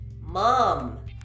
mom